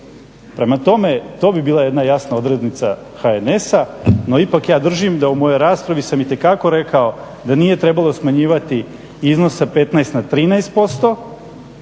Prema tome, to bi bila jedna jasna odrednica HNS-a. No, ipak ja držim da u mojoj raspravi sam itekako rekao da nije trebalo smanjivati iznos sa 15 na 13%